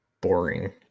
boring